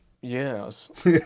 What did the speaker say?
Yes